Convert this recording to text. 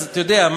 אז אתה יודע,